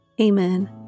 Amen